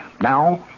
Now